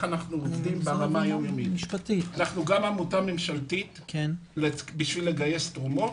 גם עמותה ממשלתית בשביל לגייס תרומות,